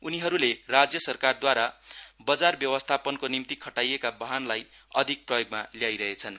उनीहरूले राज्य सरकारदवारा बजार व्यवस्थापनको निम्ति खटाइएका वाहनलाई अधिक प्रयोग ल्याइरहेछन्